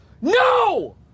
No